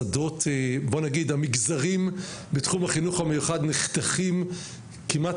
המגזרים בתחום החינוך המיוחד נחתכים כמעט